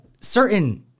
certain